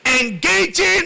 engaging